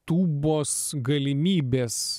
tūbos galimybės